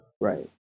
right